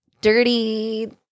dirty